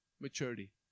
maturity